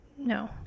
no